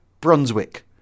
Brunswick